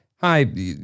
hi